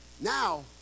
Now